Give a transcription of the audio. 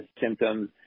symptoms